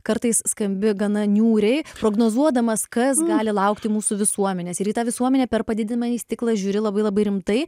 kartais skambi gana niūriai prognozuodamas kas gali laukti mūsų visuomenės ir į tą visuomenę per padidinamąjį stiklą žiūri labai labai rimtai